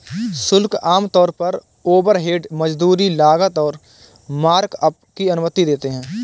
शुल्क आमतौर पर ओवरहेड, मजदूरी, लागत और मार्कअप की अनुमति देते हैं